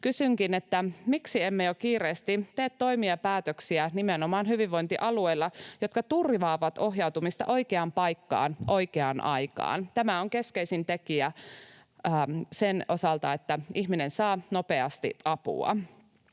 Kysynkin, miksi emme jo kiireesti tee nimenomaan hyvinvointialueilla toimia ja päätöksiä, jotka turvaavat ohjautumista oikeaan paikkaan oikeaan aikaan. Tämä on keskeisin tekijä sen osalta, että ihminen saa nopeasti apua.